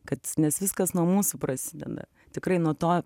kad nes viskas nuo mūsų prasideda tikrai nuo to